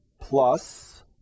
plus